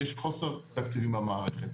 שיש חוסר תקציבים במערכת.